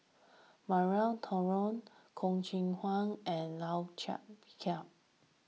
Maria Hertogh Choo Keng Kwang and Lau Chiap Khai